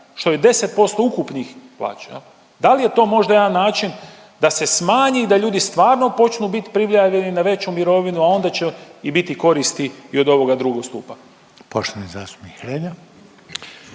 što je 10% ukupnih plaća. Da li je to možda jedan način da se smanji da ljudi stvarno počnu bit prijavljeni na veću mirovinu, a onda će i biti koristi i od ovoga drugog stupa? **Reiner, Željko